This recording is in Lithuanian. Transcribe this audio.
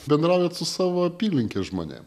bendraujat su savo apylinkės žmonėm